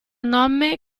nome